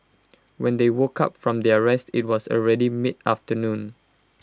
when they woke up from their rest IT was already mid afternoon